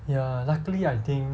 yeah luckily I think